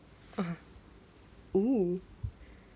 a'ah oh